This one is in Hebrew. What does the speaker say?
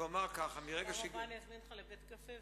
בפעם הבאה אזמין אותך לבית-קפה,